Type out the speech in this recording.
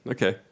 Okay